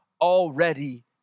already